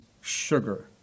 sugar